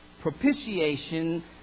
Propitiation